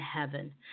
heaven